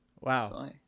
Wow